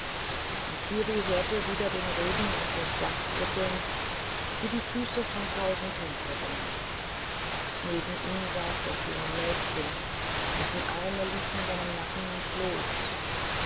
und kiri hörte wieder den regen auf das dach trippeln wie die füße von hundert tänzerinnen neben ihm saß das junge mädchen dessen arme ließen seinen nacken nicht los